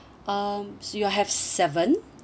um you have seven